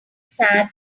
sad